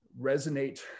resonate